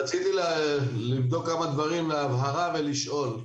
רציתי לבדוק כמה דברים להבהרה ולשאול.